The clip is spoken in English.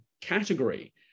category